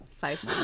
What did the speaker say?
five